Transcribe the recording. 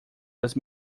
das